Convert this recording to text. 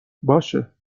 باشه